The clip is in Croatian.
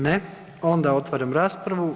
Ne, onda otvaram raspravu.